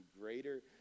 greater